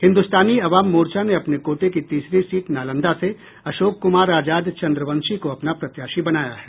हिन्दुस्तानी आवाम मोर्चा ने अपने कोटे की तीसरी सीट नालंदा से अशोक कुमार आजाद चन्द्रवंशी को अपना प्रत्याशी बनाया है